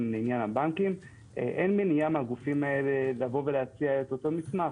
לעניין הבנקים אין מניעה מהגופים האלה להציע את אותו מסמך.